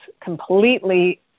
completely